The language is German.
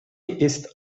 ist